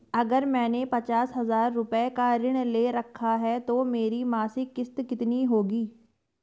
अगर मैंने पचास हज़ार रूपये का ऋण ले रखा है तो मेरी मासिक किश्त कितनी होगी?